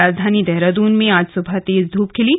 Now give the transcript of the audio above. राजधानी देहरादून में आज सुबह तेज धूप खिली